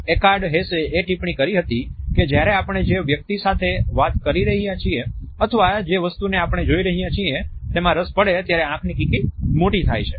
એકાર્ડ Hess એ ટિપ્પણી કરી હતી કે જ્યારે આપણે જે વ્યક્તિ સાથે વાત કરી રહ્યા છીએ અથવા જે વસ્તુને આપણે જોઈ રહ્યા છીએ તેમાં રસ પડે ત્યારે આંખની કીકી મોટી થાય છે